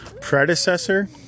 predecessor